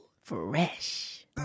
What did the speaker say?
fresh